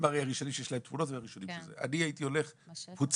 הם הרי הראשונים שיש להם תמונות והראשונים ש אני הייתי הולך על קבוצה.